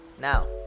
Now